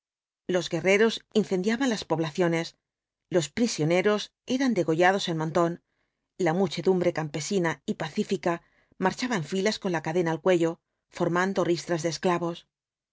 los guerreros incendiaban las poblaciones los prisioneros eran degollados en montón la muchedumbre campesina y pacífica marchaba en filas con la cadena al cuello formando ristras de esclavos